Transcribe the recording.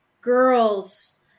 girls